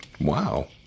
Wow